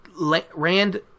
Rand